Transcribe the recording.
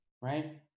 Right